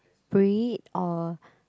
breed or